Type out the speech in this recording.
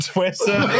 Twitter